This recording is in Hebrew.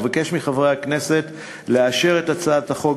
אבקש מחברי הכנסת לאשר את הצעת החוק